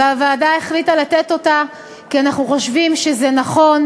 והוועדה החליטה לתת אותה כי אנחנו חושבים שזה נכון,